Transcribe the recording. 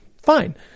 Fine